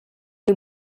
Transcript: you